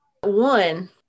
one